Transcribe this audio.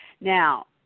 Now